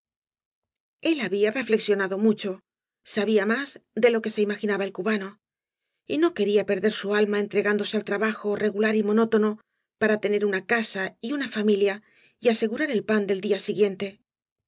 el había reñexionado mucho sabía más de lo que se imaginaba el cubano y no quería perder su alma entregándose al trabajo regular y monótono para tener una casa y una familia y asegurar el pan del día siguiente